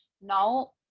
now